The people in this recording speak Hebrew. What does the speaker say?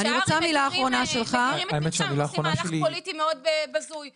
כשהר"י מדירים את מרשם הם עושים מהלך פוליטי מאוד בזוי.